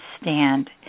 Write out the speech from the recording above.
stand